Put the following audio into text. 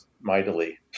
mightily